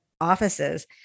offices